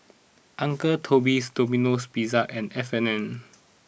Uncle Toby's Domino Pizza and F and N